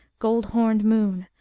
gold-homed moon.